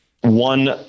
one